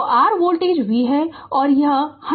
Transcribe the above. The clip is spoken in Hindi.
तो r वोल्टेज V है और यह 100 वोल्ट है